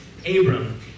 Abram